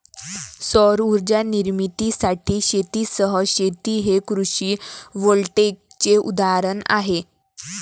सौर उर्जा निर्मितीसाठी शेतीसह शेती हे कृषी व्होल्टेईकचे उदाहरण आहे